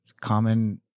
common